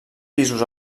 pisos